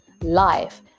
life